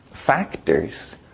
Factors